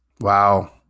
Wow